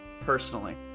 personally